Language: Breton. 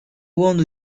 oan